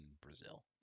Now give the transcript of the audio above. brazil